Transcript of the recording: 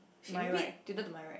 my right tilted to my right